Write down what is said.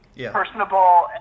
personable